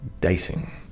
dicing